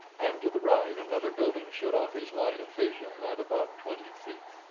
and to the right another building shut off his line of vision at about twenty feet.